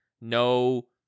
no